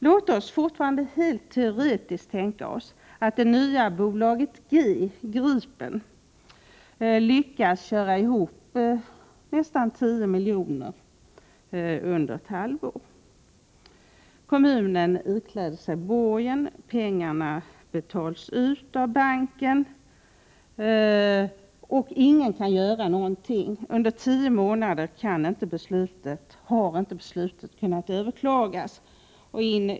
Låt oss, fortfarande helt teoretiskt, tänka oss att det nya bolaget G — rederiet — lyckas köra ihop en förlust på nästan 10 milj.kr. under ett halvår. Kommunen ikläder sig borgen och pengarna betalas ut av banken. Ingen kan göra någonting åt detta. Under tio månader har inte beslutet kunnat överklagas.